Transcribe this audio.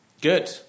Good